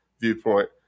viewpoint